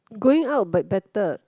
going out but better